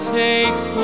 takes